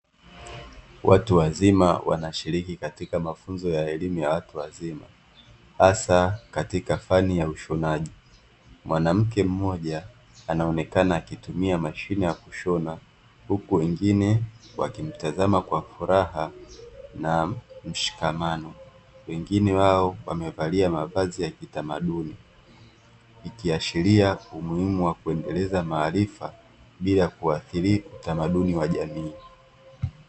Watu wazima wanashiriki katika mafunzo ya elimu ya watu wazima, hasa katika fani ya ushonaji. Mwanamke mmoja anaonekana akitumia mashine ya kushona, huku wengine wakimtazama kwa furaha na mshikamano. Wengine wao wamevalia mavazi ya kitamaduni, ikiashiria umuhimu wa kuendeleza maarifa bila kuathiri utamaduni wa jamii.